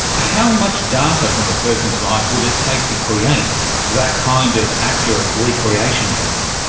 how much data from a person's life would it take to create that kind of accurate recreation of them?